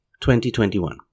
2021